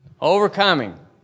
overcoming